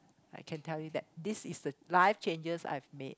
I can tell you that this is the life changes I've made